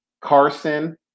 Carson